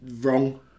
Wrong